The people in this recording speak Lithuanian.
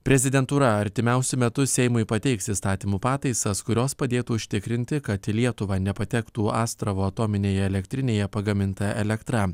prezidentūra artimiausiu metu seimui pateiks įstatymų pataisas kurios padėtų užtikrinti kad į lietuvą nepatektų astravo atominėje elektrinėje pagaminta elektra